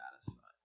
satisfied